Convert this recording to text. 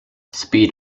speed